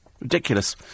Ridiculous